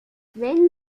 wenn